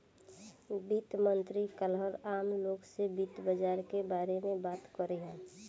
वित्त मंत्री काल्ह आम लोग से वित्त बाजार के बारे में बात करिहन